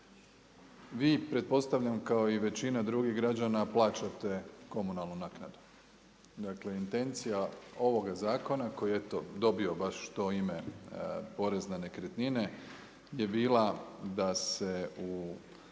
Vi pretpostavljam, kao i većina drugih građana plaćate komunalnu naknadu. Dakle, intencija ovoga zakona, koji je dobio baš to ime porez na nekretnine, je bila da se u